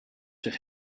zich